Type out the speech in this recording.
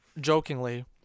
jokingly